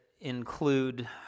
include